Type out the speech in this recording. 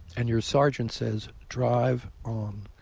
and your sergeant says, drive on.